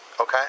okay